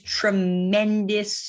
tremendous